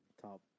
Top